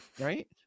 right